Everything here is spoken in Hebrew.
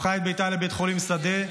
הפכה את ביתה לבית חולים שדה,